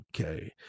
Okay